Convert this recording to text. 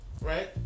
right